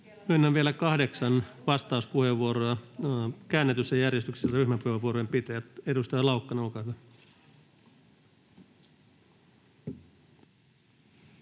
Myönnän vielä kahdeksan vastauspuheenvuoroa: käännetyssä järjestyksessä ryhmäpuheenvuorojen pitäjät. — Edustaja Laukkanen, olkaa hyvä.